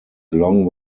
along